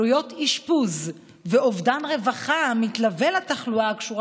עלויות אשפוז ואובדן רווחה המתלוות לתחלואה הקשורה